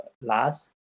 last